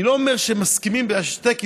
אני לא אומר שהם מסכימים בשתיקה,